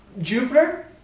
Jupiter